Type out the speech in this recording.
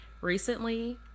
Recently